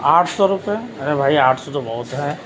آٹھ سو روپیے ارے بھائی آٹھ سو تو بہت ہے